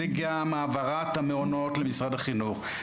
גם העברת המעונות למשרד החינוך,